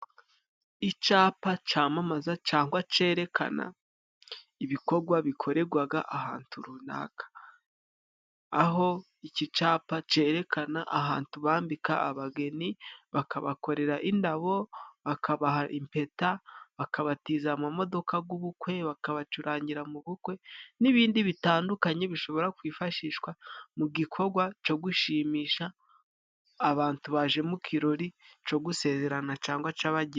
Icapa camamaza cangwa cerekana ibikogwa bikoregwaga ahantu runaka, aho iki capa cerekana ahantu bambika abageni bakabakorera indabo, bakabaha impeta, bakabatiza amamodoka g'ubukwe, bakabacurangira mu bukwe n'ibindi bitandukanye bishobora kwifashishwa mu gikogwa co gushimisha abantu baje mu kirori co gusezerana cangwa c'abageni.